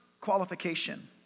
qualification